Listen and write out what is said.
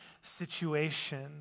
situation